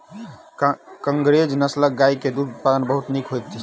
कंकरेज नस्लक गाय के दूध उत्पादन बहुत नीक होइत अछि